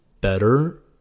better